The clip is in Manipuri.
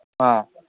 ꯑꯥ